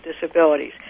disabilities